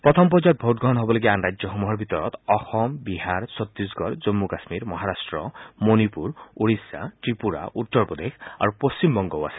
প্ৰথম পৰ্যায়ত ভোটগ্ৰহণ হ'বলগীয়া আন ৰাজ্যসমূহৰ ভিতৰত অসম বিহাৰ ছত্তিশগড় জম্মু কাশ্মীৰ মহাৰাট্ট মণিপুৰ ওডিশা ত্ৰিপুৰা উত্তৰপ্ৰদেশ আৰু পশ্চিমবংগও আছে